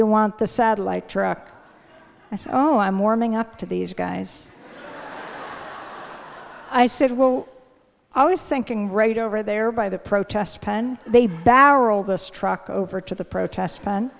you want the satellite truck i said oh i'm warming up to these guys i said well i was thinking right over there by the protest they barrel this truck over to the protest fun